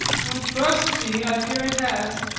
trust me, i fear it has.